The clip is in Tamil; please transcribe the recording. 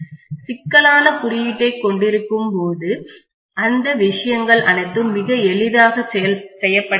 சிக்கலான குறியீட்டைக் கொண்டிருக்கும்போது அந்த விஷயங்கள் அனைத்தும் மிக எளிதாக செய்யப்படுகின்றன